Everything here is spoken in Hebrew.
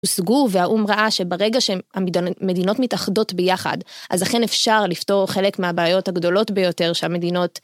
סגור והאום ראה שברגע שהמדינות מתאחדות ביחד אז אכן אפשר לפתור חלק מהבעיות הגדולות ביותר שהמדינות.